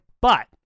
but-